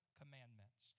commandments